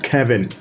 Kevin